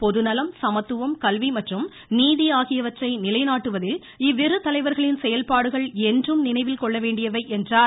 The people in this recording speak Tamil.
பொதுநலம் சமத்துவம் கல்வி மற்றும் நீதி ஆகியவற்றை நிலைநாட்டுவதில் இவ்விரு தலைவர்களின் செயல்பாடுகள் என்றும் நினைவில் கொள்ள வேண்டியவை என்றார்